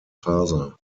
father